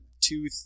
two